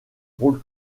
rôle